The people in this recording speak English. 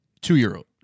Two-year-old